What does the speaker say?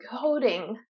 coding